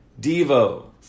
Devo